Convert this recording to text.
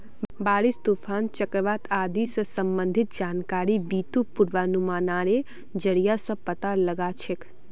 बारिश, तूफान, चक्रवात आदि स संबंधित जानकारिक बितु पूर्वानुमानेर जरिया स पता लगा छेक